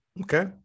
Okay